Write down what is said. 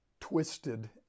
twisted